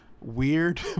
weird